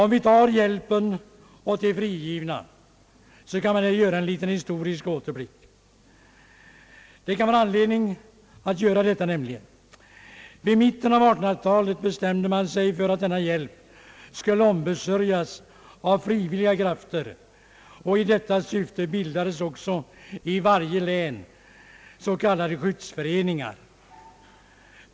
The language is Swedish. På hjälpen åt de frigivna kan jag här göra en liten historisk återblick. Det finns anledning att göra detta. I mitten av 1800-talet bestämde man sig för att denna hjälp skulle ombesörjas av frivilliga krafter. I detta syfte bildades i varje län s.k. skyddsföreningar.